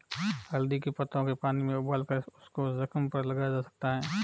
हल्दी के पत्तों के पानी में उबालकर उसको जख्म पर लगाया जा सकता है